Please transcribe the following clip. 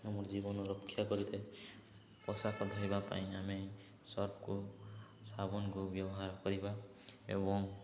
ଆମର ଜୀବନ ରକ୍ଷା କରିଥାଏ ପୋଷାକ ଧୋଇବା ପାଇଁ ଆମେ ସର୍ଫକୁ ସାବୁନକୁ ବ୍ୟବହାର କରିବା ଏବଂ